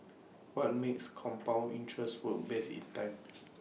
what makes compound interest work best is time